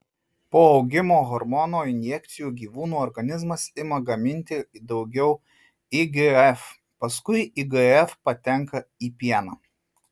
po augimo hormono injekcijų gyvūnų organizmas ima gaminti daugiau igf paskui igf patenka į pieną